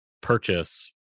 purchase